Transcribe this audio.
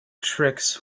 tricks